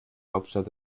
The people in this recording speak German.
hauptstadt